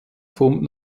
vom